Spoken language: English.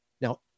Now